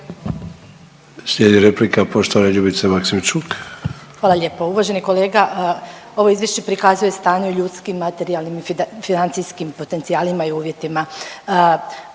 **Maksimčuk, Ljubica (HDZ)** Hvala lijepo. Uvaženi kolega, ovo izvješće prikazuje stanje u ljudskim, materijalnim i financijskim potencijalima i uvjetima